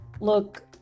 look